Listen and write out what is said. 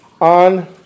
on